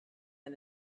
and